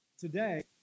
Today